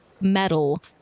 metal